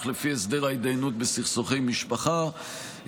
לפי הסדר ההתדיינות בסכסוכי משפחה,